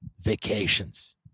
Vacations